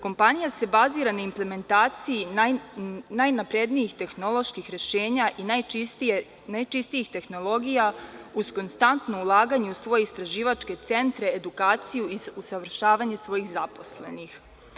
Kompanija se bazira na implementaciji najnaprednijih tehnoloških rešenja i najčistijih tehnologija, uz konstantno ulaganje u svoje istraživačke centre, edukaciju i usavršavanje svojih zaposlenih.